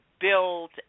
build